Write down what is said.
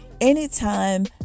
Anytime